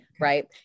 Right